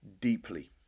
deeply